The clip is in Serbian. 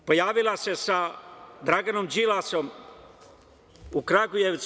Pojavila se sa Draganom Đilasom u Kragujevcu.